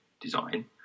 design